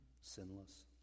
sinless